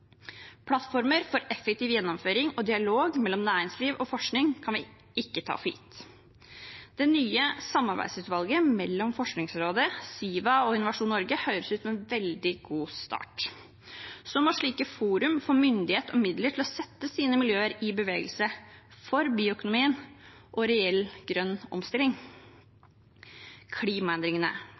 Plattformer for effektiv gjennomføring og dialog mellom næringsliv og forskning kan vi ikke ta for gitt. Det nye samarbeidsutvalget mellom Forskningsrådet, Siva og Innovasjon Norge høres ut som en veldig god start. Så må slike forum få myndighet og midler til å sette sine miljøer i bevegelse – for bioøkonomi og reell grønn omstilling. Så til klimaendringene: